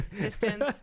distance